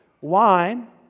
Wine